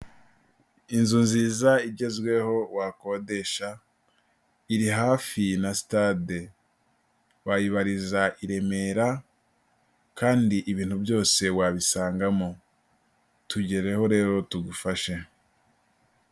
Inzu nziza igezweho wakodesha, iri hafi na sitade, wayibariza i Remera kandi ibintu byose wabisangamo, tugereho rero tugufashe.